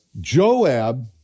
Joab